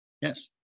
Yes